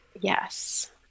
Yes